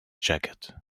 jacket